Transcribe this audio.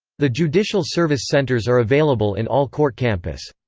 the judicial service centres are available in all court campus.